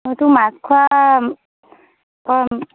অঁ এইটো মাছখোৱা অঁ